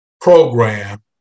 program